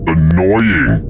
Annoying